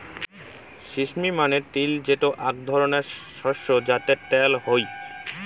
sesame মানে তিল যেটো আক ধরণের শস্য যাতে ত্যাল হই